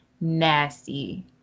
nasty